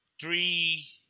three